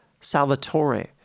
salvatore